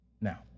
Now